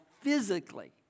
physically